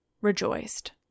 rejoiced